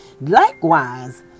Likewise